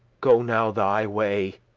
go now thy way,